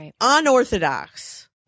unorthodox